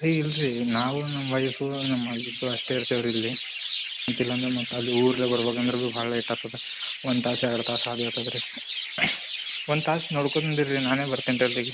ರೀ ಇಲ್ಲರಿ ನಾವು ನಮ್ಮ ವೈಫು ನಮ್ಮ ಮಗ ಅಷ್ಟೇ ಇರ್ತೀವಿ ರೀ ಇಲ್ಲಿ ಮತ್ತೆ ಇಲ್ಲಾಂದರೆ ಮತ್ತೆ ಅಲ್ಲಿಗೆ ಊರಲೆ ಬರ್ಬೇಕಂದರೆ ಬಿ ಭಾಳ ಲೇಟ್ ಆಗ್ತ ಒಂದು ತಾಸು ಎರಡು ತಾಸು ಹಾದಿ ಆಗ್ತದ್ ರೀ ಒಂದು ತಾಸು ನೋಡ್ಕೊಂದು ಇರ್ರಿ ನಾನೇ ಬರ್ತಿನಿ ರೀ ಅಲ್ಲಿಗೆ